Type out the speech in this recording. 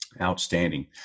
Outstanding